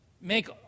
make